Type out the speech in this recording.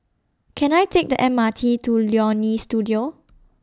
Can I Take The M R T to Leonie Studio